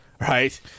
right